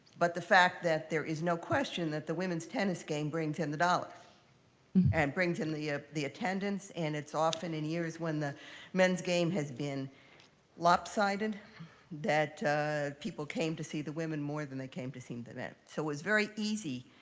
but the fact that there is no question that the women's tennis game brings in the dollars and brings in the ah the attendance. and it's often in years when the men's game has been lopsided that people came to see the women more than they came to see the men. so it was very easy,